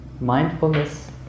Mindfulness